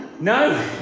No